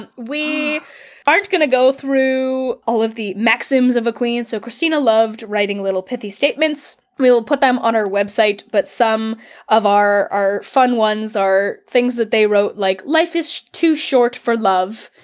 and we aren't going to go through all of the maxims of a queen. so kristina loved writing little pithy statements. we'll we'll put them on our website, but some of our our fun ones are things that they wrote like life is too short for love,